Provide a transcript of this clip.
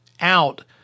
out